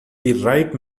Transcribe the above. wright